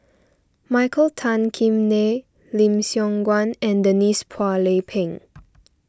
Michael Tan Kim Nei Lim Siong Guan and Denise Phua Lay Peng